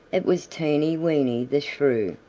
it was teeny weeny the shrew,